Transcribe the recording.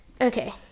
Okay